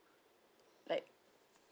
like